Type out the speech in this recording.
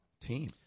team